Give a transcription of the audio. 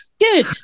good